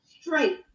straight